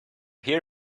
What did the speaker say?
hear